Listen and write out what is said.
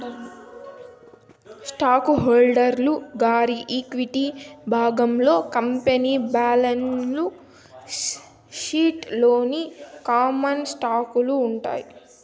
stock holder గారి equity విభాగంలో company balance sheet లోని కామన్ స్టాకులు ఉంటాయి